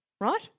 right